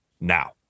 Now